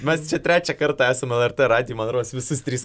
mes čia trečią kartą esam lrt radijuj man rodos visus tris